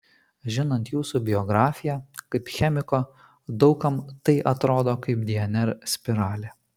žinant jūsų biografiją kaip chemiko daug kam tai atrodo kaip dnr spiralė